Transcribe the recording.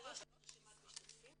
--- סליחה, יש לך רשימת משתתפים?